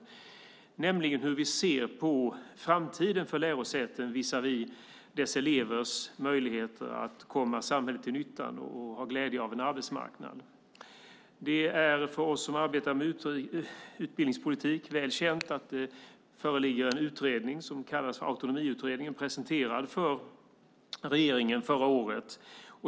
Det gäller hur vi ser på framtiden för lärosäten visavi dess elevers möjligheter att komma samhället till nytta och ha glädje av en arbetsmarknad. Det är för oss som arbetar med utbildningspolitik väl känt att det föreligger en utredning som kallas för Autonomiutredningen presenterad för regeringen förra året.